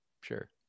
Sure